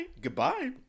goodbye